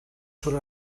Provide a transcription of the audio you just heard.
surt